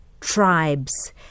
tribes